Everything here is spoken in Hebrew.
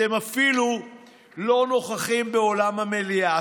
אתם אפילו לא נוכחים באולם המליאה,